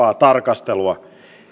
tarkastelua